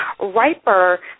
riper